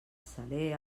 saler